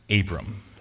Abram